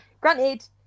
Granted